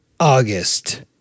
August